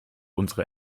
unsere